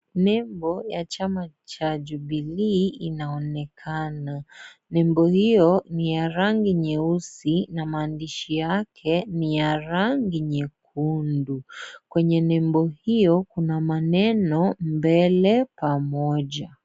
Nembo ya chama cha Jubilee inaonekana nembo hiyo ni ya rangi nyeusi na maandishi yake ni ya rangi nyekundu kwenye nembo hiyo kuna maneno mbele pamoja.